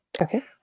Okay